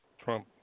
Trump